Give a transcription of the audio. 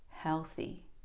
healthy